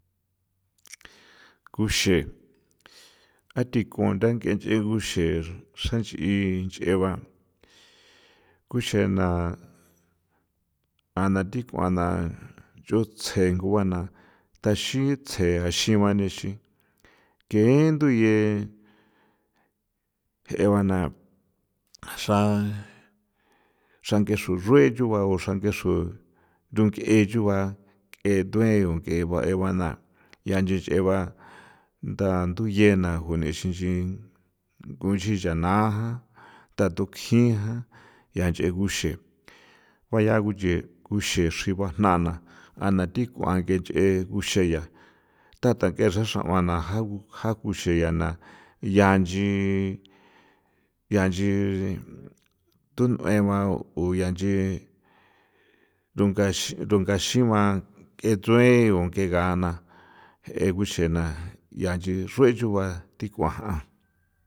Kuxe a thikunda nk'e nch'e gushe xanch'i nch'eba kuxena a na thi k'uana ru tsjegu bana taxi tsje taxin bani xin kee nduye kje ba na xran xrange xrurue chuba xran kee runge chuba ke t'ue t'ue e bana ya nchi nch'e ba ntha tu yena juni xi nch'i kunxi nchana ja thatunkji jan ya nch'e guxe baya guche uche chriba jna na a na thik'uan nk'e nch'e ke kuxeya tathakje xra xrauan na ja kuxe nyana ya nchi ya nchi tun'ue ba u ya nchi runga xi runga xiba ke ts'ueo ke gana e guxena ya nchi xrue chugua tik'uan jan.